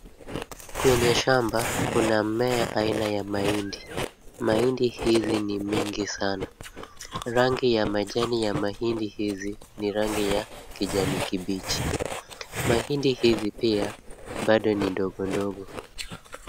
Kwenye shamba kuna mmea aina ya mahindi. Mahindi hizi ni nyingi sana. Rangi ya matawi ya mahindi hizi ni kijani kibichi. Mahindi hizi pia bado ni ndogondogo.